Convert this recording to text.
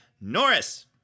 Norris